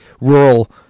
rural